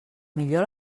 millor